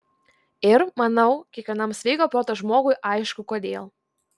ir manau kiekvienam sveiko proto žmogui aišku kodėl